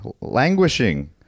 languishing